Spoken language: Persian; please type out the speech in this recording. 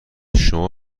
شما